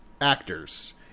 actors